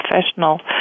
professional